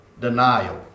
denial